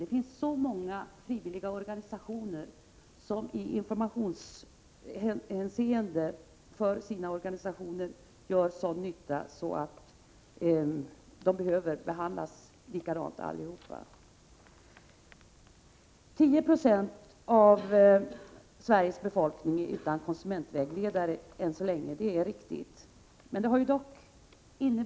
Det finns så många frivilliga organisationer som gör sådan nytta i informationshänseende för sina medlemmar att de alla skulle behöva samma behandling. 10 96 av Sveriges befolkning är utan konsumentvägledare än så länge, sägs det. Det är riktigt.